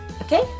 okay